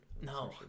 No